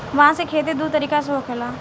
बांस के खेती दू तरीका से होखेला